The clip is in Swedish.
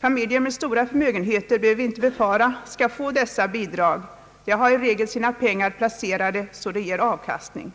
Vi behöver inte befara att familjer med stora förmögenheter skall få dessa bidrag. De har i regel sina pengar så placerade att de ger avkastning.